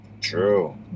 True